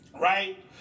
Right